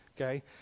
Okay